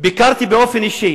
ביקרתי באופן אישי